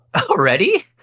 Already